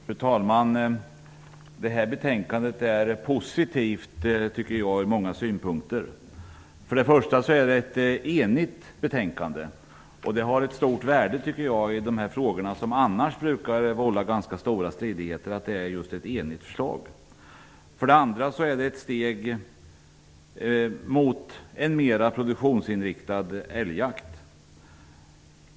Fru talman! Detta betänkande är positivt ur många synpunkter, tycker jag. Det är ett enigt betänkande. Det har ett stort värde i dessa frågor, som brukar vålla stora stridigheter, att det är ett enigt förslag. Det är ett steg mot en mer produktionsinriktad älgjakt.